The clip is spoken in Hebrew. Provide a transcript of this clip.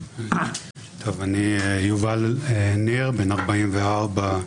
אני יובל ניר, בן 44,